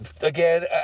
Again